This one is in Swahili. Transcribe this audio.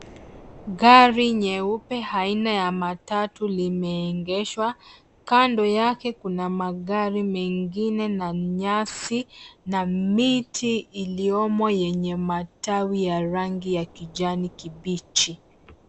Gari nyeupe aina ya matatu limeegeshwa, Kando yake kuna magari mengi na nyasi na miti iliyomo yenye matawi ya rangi ya kijani kibichi.